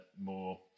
more